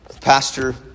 pastor